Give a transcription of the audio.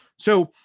so,